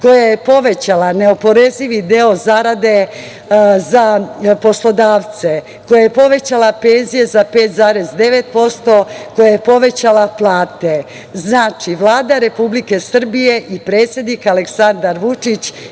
koja je povećala neoporezivi deo zarade za poslodavce, koja je povećala penzije za 5,9%, koja je povećala plate. Znači, Vlada Republike Srbije i predsednik Aleksandar Vučić